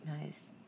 nice